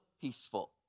peaceful